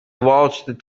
watched